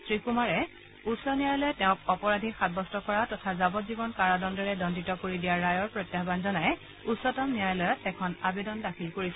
শ্ৰীকুমাৰে উচ্চ ন্যায়ালয়ে তেওঁক অপৰাধী সাব্যস্ত কৰা তথা যাৱজ্জীৱন কাৰাদণ্ডৰে দণ্ডিত কৰি দিয়াৰ ৰায়ৰ প্ৰত্যাহান জনাই উচ্চতম ন্যায়ালয়ত এখন আৱেদন দাখিল কৰিছে